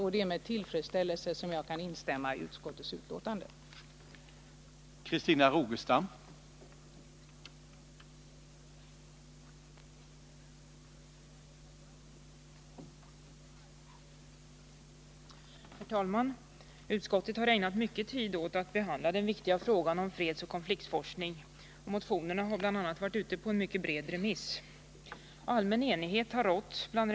Jag kan med tillfredsställelse instämma i utskottets hemställan i betänkandet.